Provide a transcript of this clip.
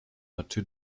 not